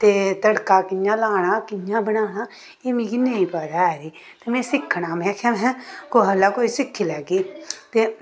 ते तड़का कि'यां लाना कि'यां बनाना एह् मिगी नेईं पता ऐ भाई ते में सिक्खना में आखेआ महैं कुसै लै कोई सिक्खी लैगी